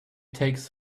takes